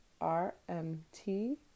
R-M-T